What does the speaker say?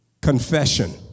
Confession